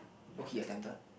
okay you are tempted